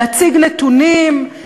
להציג נתונים,